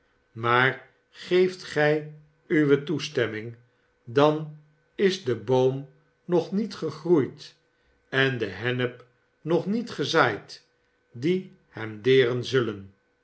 maar geeft gij uwe toestemming dan is de boom nog niet gegroeid en de hennep nog niet gezaaid die hem deren zullen